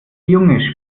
junge